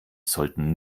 sollten